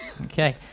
okay